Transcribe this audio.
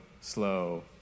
slow